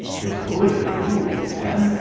it's bully of you, old man,